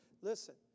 Listen